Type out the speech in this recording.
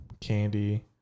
candy